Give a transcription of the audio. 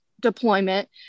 deployment